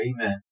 Amen